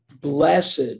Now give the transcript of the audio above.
blessed